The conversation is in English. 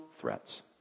threats